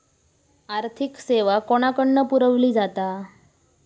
आर्थिक सेवा कोणाकडन पुरविली जाता?